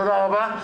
תודה רבה.